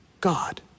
God